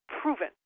proven